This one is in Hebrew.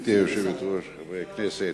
גברתי היושבת-ראש, חברי הכנסת,